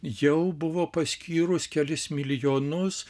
jau buvo paskyrus kelis milijonus